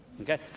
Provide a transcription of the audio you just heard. okay